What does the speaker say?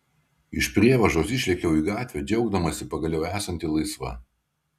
iš prievažos išlėkiau į gatvę džiaugdamasi pagaliau esanti laisva